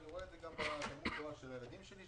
אני רואה את זה בתלמוד התורה של הילדים שלי,